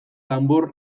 danbor